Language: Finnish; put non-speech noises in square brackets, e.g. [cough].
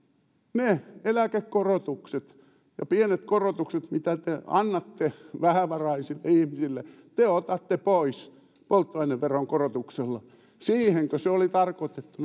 ne eläkekorotukset ja pienet korotukset mitä te annatte vähävaraisille ihmisille te otatte pois polttoaineveron korotuksella siihenkö ne korotukset oli tarkoitettu [unintelligible]